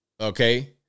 Okay